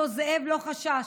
אותו זאב לא חשש,